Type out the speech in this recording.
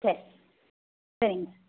சரி சரிங்க